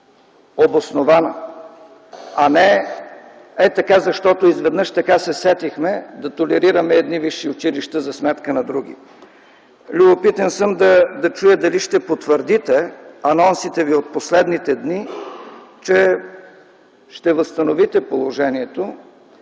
обоснована, а не хей така, защото изведнъж се сетихме да толерираме едни висши училища за сметка на други. Любопитен съм да чуя дали ще потвърдите анонсите си от последните дни, че ще възстановите положението